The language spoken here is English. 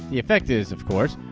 the effect is of course,